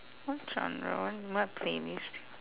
what's